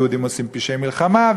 היהודים עושים פשעי מלחמה.